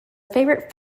favorite